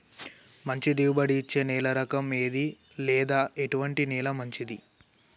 మంచి దిగుబడి ఇచ్చే నేల రకం ఏది లేదా ఎటువంటి నేల మంచిది?